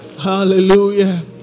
Hallelujah